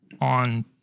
on